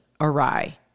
awry